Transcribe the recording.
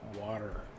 water